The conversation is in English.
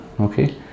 Okay